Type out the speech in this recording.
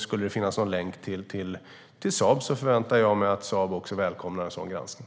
Skulle det finnas någon länk till Saab förväntar jag mig att också Saab välkomnar en sådan granskning.